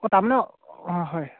অঁ তাৰমানে অঁ হয়